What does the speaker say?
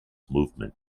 movement